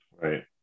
Right